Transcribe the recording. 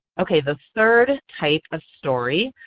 okay the third type of story,